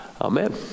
Amen